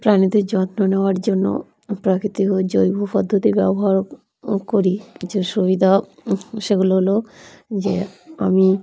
প্রাণীদের যত্ন নেওয়ার জন্য প্রাকৃতিক ও জৈব পদ্ধতি ব্যবহার করি কিছু সুবিধা সেগুলো হলো যে আমি